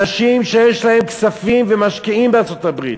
אנשים שיש להם כספים ומשקיעים בארצות-הברית,